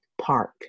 park